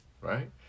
right